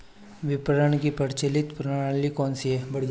विपणन की प्रचलित प्रणाली कौनसी है?